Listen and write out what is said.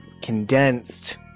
condensed